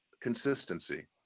consistency